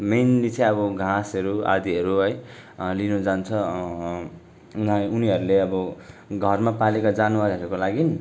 mainly चाहिँ अब घाँसहरू आदिहरू है लिनु जान्छ उनी उनीहरूले अब घरमा पालेका जनावरहरूको लागि